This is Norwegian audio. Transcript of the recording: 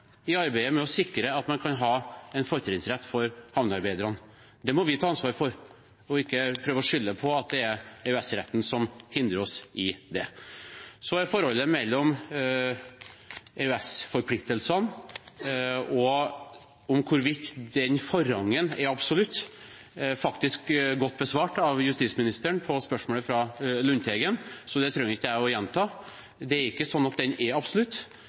i arbeidet med å sikre at man kan ha en fortrinnsrett for havnearbeiderne. Det må vi ta ansvaret for – og ikke prøve å skylde på at det er EØS-retten som hindrer oss i det. Forholdet mellom EØS-forpliktelsene og hvorvidt en slik forrang er absolutt, er godt besvart av justisministeren på spørsmålet fra Lundteigen, så det trenger ikke jeg å gjenta. Det er ikke sånn at den er absolutt.